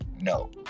No